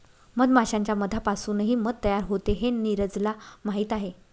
मधमाश्यांच्या मधापासूनही मध तयार होते हे नीरजला माहीत आहे